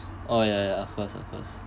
oh ya ya of course of course